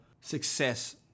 success